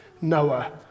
Noah